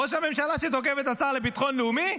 ראש הממשלה תוקף את השר לביטחון לאומי,